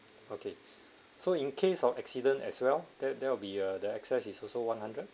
okay so in case of accident as well that that will be a that access is also one hundred